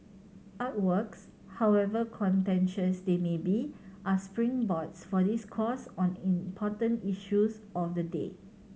artworks however contentious they may be are springboards for discourse on important issues of the day